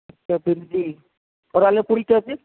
اچھا بھنڈی اور آلو پوڑی کیا چیز